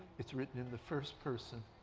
it's written in the first person.